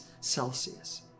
Celsius